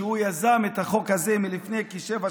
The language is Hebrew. שיזם את החוק הזה לפני כשבע שנים.